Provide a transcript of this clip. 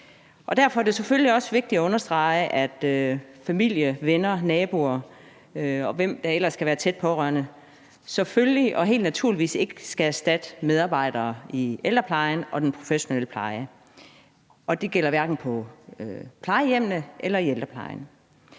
Derfor er det selvfølgelig også vigtigt at understrege, at familie, venner, naboer, og hvem der ellers kan være nære pårørende, selvfølgelig ikke skal erstatte medarbejdere i ældreplejen og i den professionelle pleje, og det gælder både på plejehjemmene og i ældreplejen.